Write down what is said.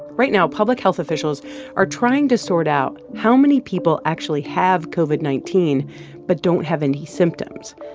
right now, public health officials are trying to sort out how many people actually have covid nineteen but don't have any symptoms.